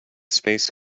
space